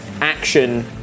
action